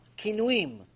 kinuim